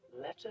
letter